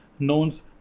knowns